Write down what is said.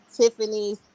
Tiffany's